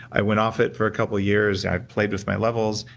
i went off it for a couple of years. i played with my levels.